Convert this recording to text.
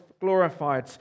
Glorified